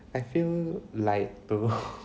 I feel like don't know